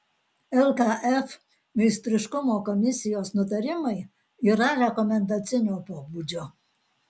lkf meistriškumo komisijos nutarimai yra rekomendacinio pobūdžio